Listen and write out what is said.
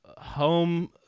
home